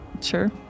Sure